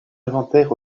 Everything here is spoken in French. inventaire